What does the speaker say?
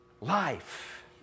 life